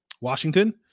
Washington